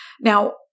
Now